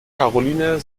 caroline